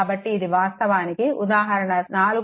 కాబట్టి ఇది వాస్తవానికి ఉదాహరణ 4